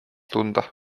tunda